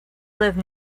live